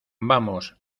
vamos